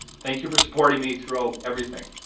thank you for supporting me throughout everything,